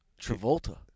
Travolta